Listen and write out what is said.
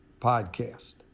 podcast